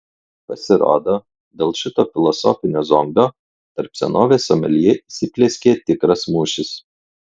pasirodo dėl šito filosofinio zombio tarp senovės someljė įsiplieskė tikras mūšis